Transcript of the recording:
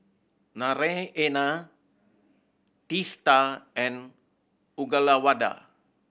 Naraina Teesta and Uyyalawada